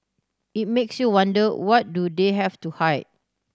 it makes you wonder what do they have to hide